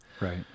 Right